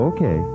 Okay